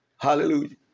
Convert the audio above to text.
Hallelujah